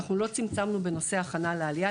אנחנו לא צמצמנו בנושא הכנה לעלייה,